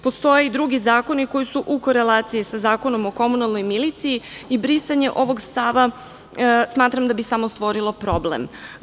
Postoje i drugi zakoni koji su u korelaciji sa zakonom o komunalnoj miliciji i brisanje ovog stava, smatram da bi samo stvorilo problem.